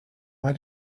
why